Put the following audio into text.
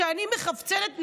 שאני מחפצנת נשים.